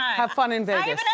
have fun in vegas. and